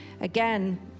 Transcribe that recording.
Again